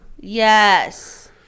Yes